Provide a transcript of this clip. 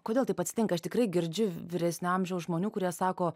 kodėl taip atsitinka aš tikrai girdžiu vyresnio amžiaus žmonių kurie sako